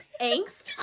angst